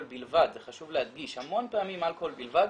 בלבד חשוב להדגיש המון פעמים אלכוהול בלבד,